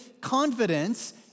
confidence